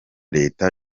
leta